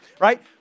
right